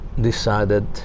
decided